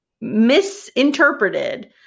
misinterpreted